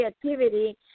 creativity